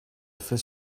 fait